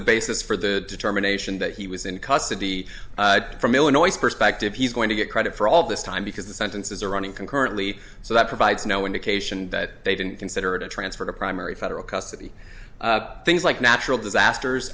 the basis for the determination that he was in custody from illinois perspective he's going to get credit for all this time because the sentences are running concurrently so that provides no indication that they didn't consider it a transfer to primary federal custody things like natural disasters